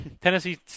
Tennessee